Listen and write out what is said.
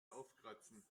aufkratzen